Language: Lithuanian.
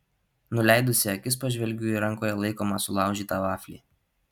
nuleidusi akis pažvelgiu į rankoje laikomą sulaužytą vaflį